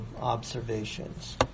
observations